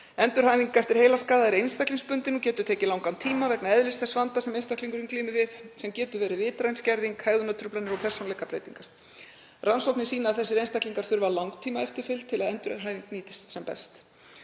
Endurhæfing eftir heilaskaða er einstaklingsbundin og getur tekið langan tíma vegna eðlis þess vanda sem einstaklingurinn glímir við sem getur verið vitræn skerðing, hegðunartruflanir og persónuleikabreytingar. Rannsóknir sýna að þessir einstaklingar þurfa langtímaeftirfylgd til að endurhæfing nýtist sem best.